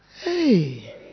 Hey